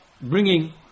bringing